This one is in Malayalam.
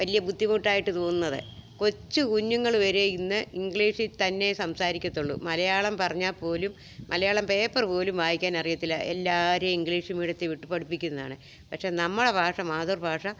വലിയ ബുദ്ധിമുട്ടായിട്ട് തോന്നുന്നത് കൊച്ചു കുഞ്ഞുങ്ങൾ വരെ ഇന്ന് ഇഗ്ലീഷിൽ തന്നയേ സംസാരിക്കത്തുള്ളൂ മലയാളം പറഞ്ഞാൽ പോലും മലയാളം പേപ്പറു പോലും വായിക്കാൻ അറിയത്തില്ല എല്ലാവരേയും ഇംഗിഷ് മീഡിയത്തിൽ വിട്ട് പഠിപ്പിക്കുന്നതാണ് പക്ഷെ നമ്മുടെ ഭാഷ മാതൃഭാഷ